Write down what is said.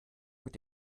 mit